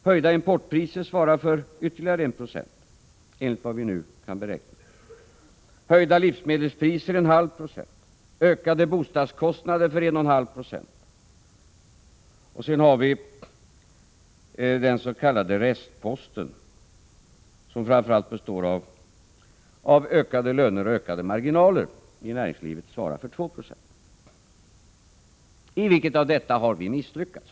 Höjda importpriser svarar för ytterligare 1 96, enligt vad vi nu kan beräkna. Höjda livsmedelspriser svarar för 0,5 70 och ökade bostadskostnader för 1,5 90. Sedan har vi den s.k. restposten, som framför allt består av ökade löner och ökade marginaler i näringslivet. Den svarar för 2 90. I vilket av dessa avseenden har vi misslyckats?